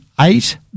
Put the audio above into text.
eight